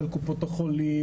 על קופות החולים,